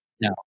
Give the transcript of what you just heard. No